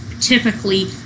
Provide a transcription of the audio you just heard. Typically